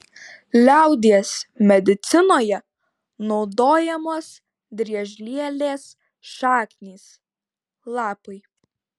liaudies medicinoje naudojamos driežlielės šaknys lapai